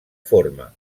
forma